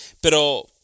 Pero